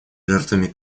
жертвами